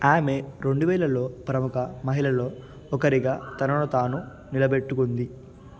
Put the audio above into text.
ఆమె రెండు వేలలో ప్రముఖ మహిళలో ఒకరిగా తనను తాను నిలబెట్టుకుంది